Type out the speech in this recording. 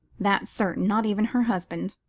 that's certain, not even her husband,